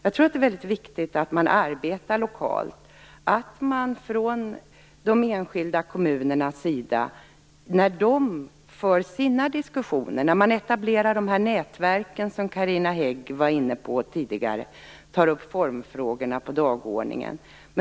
Det är väldigt viktigt att arbeta lokalt och att man från de enskilda kommunernas sida, när man för sina diskussioner och etablerar sådana nätverk som Carina Hägg var inne på tidigare, också tar upp formfrågorna på dagordningen.